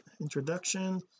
introduction